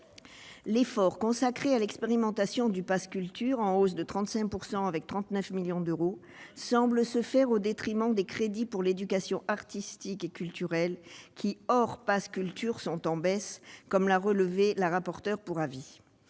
L'effort consacré à l'expérimentation du pass culture, en hausse de 35 %, atteignant 39 millions d'euros, semble se faire au détriment des crédits pour l'éducation artistique et culturelle qui, hors pass culture, sont en baisse, comme l'a relevé la rapporteure pour avis.